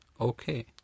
Okay